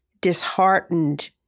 disheartened